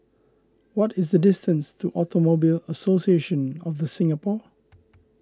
what is the distance to Automobile Association of the Singapore